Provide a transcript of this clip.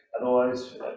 Otherwise